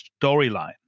storyline